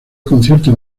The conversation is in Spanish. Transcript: conciertos